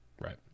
right